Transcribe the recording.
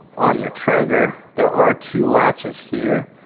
on your traeger, there are two latches here,